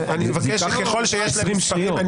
ייקח 20 שניות.